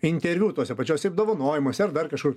interviu tuose pačiuose apdovanojimuose ar dar kažkur